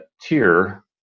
tier